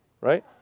right